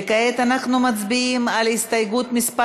וכעת אנחנו מצביעים על הסתייגות מס'